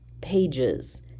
Pages